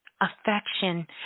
Affection